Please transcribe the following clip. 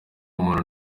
umuntu